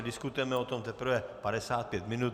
Diskutujeme o tom teprve 55 minut.